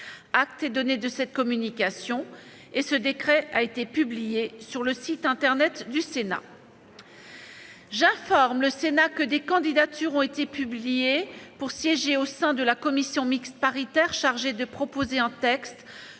Acte est donné de cette communication. Ce décret a été publié sur le site internet du Sénat. J'informe le Sénat que des candidatures ont été publiées pour siéger au sein de la commission mixte paritaire chargée de proposer un texte